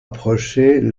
approchaient